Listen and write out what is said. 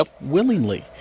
Willingly